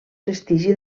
prestigi